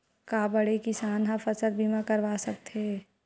का बड़े किसान ह फसल बीमा करवा सकथे?